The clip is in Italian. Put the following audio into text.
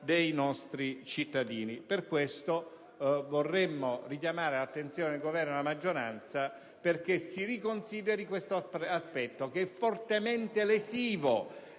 dei nostri cittadini. Vorremmo richiamare l'attenzione del Governo e della maggioranza perché si riconsideri un aspetto fortemente lesivo